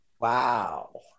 Wow